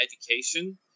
education